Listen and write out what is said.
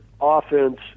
offense